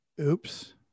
oops